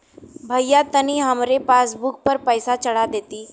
भईया तनि हमरे पासबुक पर पैसा चढ़ा देती